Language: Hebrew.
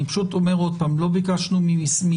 אני פשוט אומר עוד פעם: לא ביקשנו ממשרד